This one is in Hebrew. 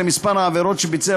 למספר העבירות שביצע,